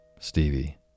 Stevie